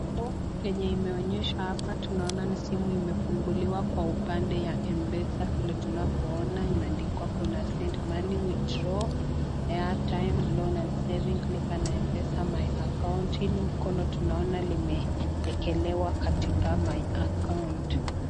Kwenye yenye imeonyeshwa hapa, tunaona simu imefunguliwa kwa upande ya M-Pesa vile tunavyoona imeandikwa kuna Send money, Withdraw, Airtime, Loan and Saving , Lipa na M-Pesa, My account . Hili mkono tunaona limeekelewa katika my account .